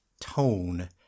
tone